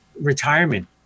retirement